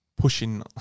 pushing